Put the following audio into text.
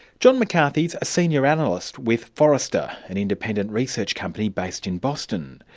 john mccarthy is a senior analyst with forrester, an independent research company based in boston.